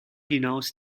hinaus